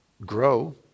grow